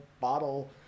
bottle